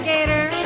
Gator